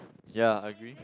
ya agree